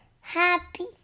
happy